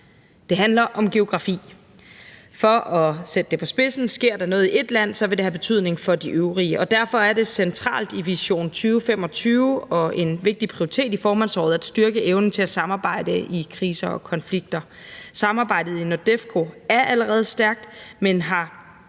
Det handler om geografi. For at sætte det på spidsen: Sker der noget i ét land, vil det have betydning for de øvrige. Og derfor er det centralt i Vision 2025 og en vigtig prioritet i formandsåret at styrke evnen til at samarbejde i kriser og konflikter. Samarbejdet i NORDEFCO er allerede stærkt, men har